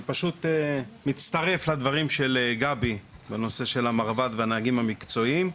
אני מצטרף לדברים של גבי בנושא של המרב"ד והנהגים המקצועיים.